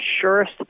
surest